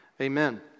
Amen